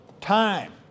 time